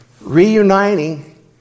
reuniting